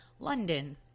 London